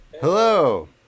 Hello